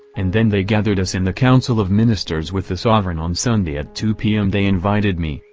and then they gathered us in the council of ministers with the sovereign on sunday at two p m. they invited me,